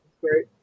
Great